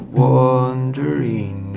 wandering